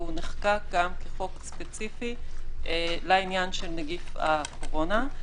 והוא גם נחקק כחוק ספציפי לעניין של נגיף הקורונה.